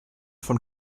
von